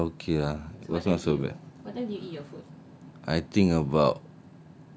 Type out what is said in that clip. no lah okay ah it was not so bad I think about